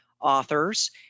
authors